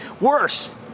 Worse